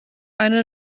eine